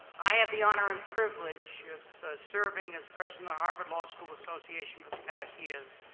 i have the honor and privilege of serving as president of harvard law school association for the past years.